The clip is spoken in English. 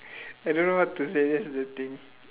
I don't know what to say that's the thing